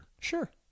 Sure